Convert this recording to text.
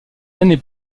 années